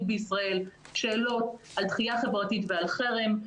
בישראל שאלות על דחייה חברתית ועל חרם.